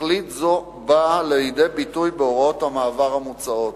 תכלית זו באה לידי ביטוי בהוראות המעבר המוצעות.